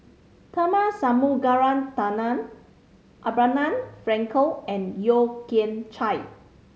Tharman Shanmugaratnam Abraham Frankel and Yeo Kian Chye